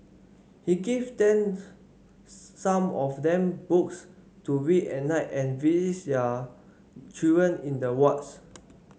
he gives them some of them books to read at night and visits their children in the wards